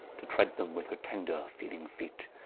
to treade them with her tender-feeling feet.